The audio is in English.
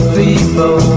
people